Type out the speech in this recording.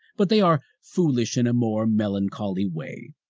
but they are foolish in a more melancholy way.